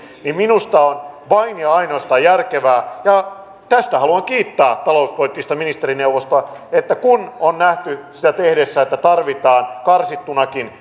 niin minusta on vain ja ja ainoastaan järkevää ja tästä haluan kiittää talouspoliittista ministerineuvostoa että kun on nähty sitä tehdessä että tarvitaan karsittunakin